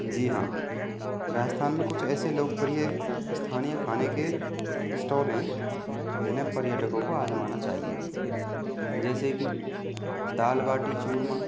जी हाँ राजस्थान में कुछ ऐसे लोकप्रिय स्थानीय खाने के स्टॉल हैं जिन्हें पर्यटकों को आजमाना चाहिए जैसे की दाल बाटी चूरमा